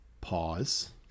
Pause